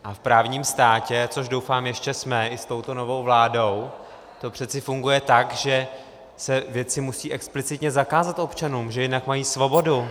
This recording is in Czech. V právním státě, což doufám ještě jsme, i s touto novou vládou, to přeci funguje tak, že se věci musí explicitně zakázat občanům, že jinak mají svobodu.